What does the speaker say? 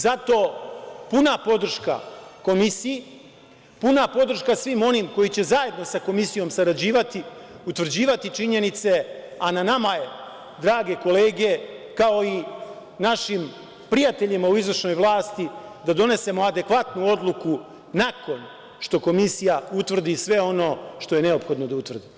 Zato puna podrška komisiji, puna podrška svima onima koji će zajedno sa komisijom sarađivati, utvrđivati činjenice, a na nama je, drage kolege, kao i našim prijateljima u izvršnoj vlasti, da donesemo adekvatnu odluku nakon što komisija utvrdi sve ono što je neophodno da utvrdi.